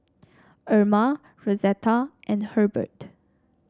Erma Rosetta and Hurbert